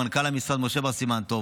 למנכ"ל המשרד משה בר סימן טוב,